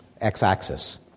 x-axis